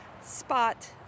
spot